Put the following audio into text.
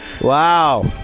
Wow